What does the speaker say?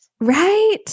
right